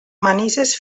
manises